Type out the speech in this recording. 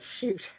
Shoot